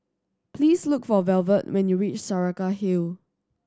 please look for Velvet when you reach Saraca Hill